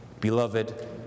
Beloved